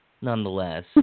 nonetheless